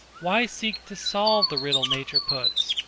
why seek to solve the riddle nature puts,